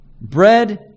Bread